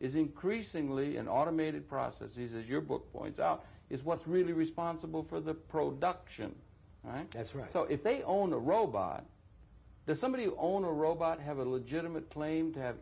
is increasingly an automated process as your book points out is what's really responsible for the production that's right so if they own a robot the somebody who own a robot have a legitimate claim to have